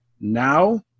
Now